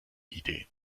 idee